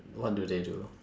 what do they do